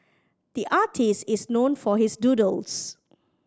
the artist is known for his doodles